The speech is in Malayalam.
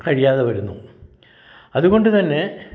കഴിയാതെ വരുന്നു അതുകൊണ്ട് തന്നെ